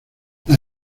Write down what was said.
las